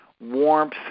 warmth